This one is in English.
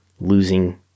losing